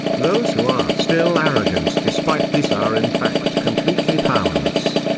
those who are still arrogant despite this are in fact completely powerless.